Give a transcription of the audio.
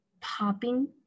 popping